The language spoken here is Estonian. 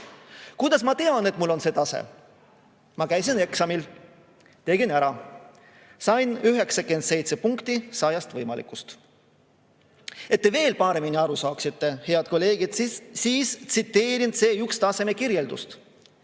Kuidas ma tean, et mul on see tase? Ma käisin eksamil, tegin ära, sain 97 punkti 100 võimalikust. Et te veel paremini aru saaksite, head kolleegid, ma tsiteerin C1‑taseme kirjeldust.